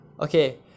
okay